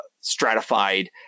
stratified